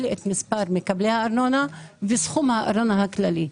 את מספר מגדלי הארנונה וסכום הארנונה הכללי,